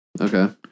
Okay